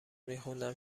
میخوندم